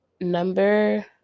Number